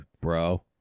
bro